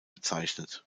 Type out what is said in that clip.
bezeichnet